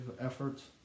efforts